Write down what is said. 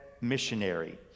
missionary